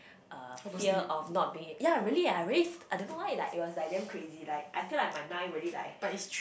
uh fear of not being able ya really I really s~ I don't know why that it was like damn crazy like I feel like my mind really like